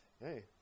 Hey